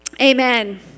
amen